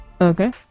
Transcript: Okay